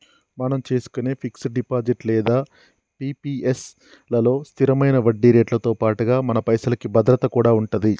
మనం చేసుకునే fix deposit లేదా పి.పి.ఎస్ లలో స్థిరమైన వడ్డీరేట్లతో పాటుగా మన పైసలకి భద్రత కూడా ఉంటది